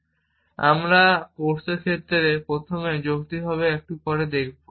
সুতরাং আমরা কোর্সের ক্ষেত্রে প্রথমে বা যৌক্তিক একটু পরে দেখব